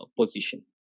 position